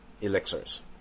elixirs